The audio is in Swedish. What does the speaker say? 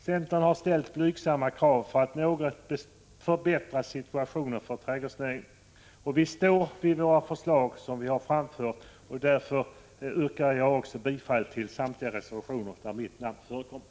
Centern har ställt blygsamma krav för att något förbättra situationen för trädgårdsnäringen. Vi står för våra förslag, och därför, herr talman, yrkar jag bifall till samtliga reservationer där mitt namn förekommer.